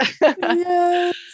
Yes